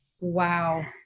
Wow